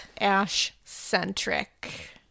Ash-centric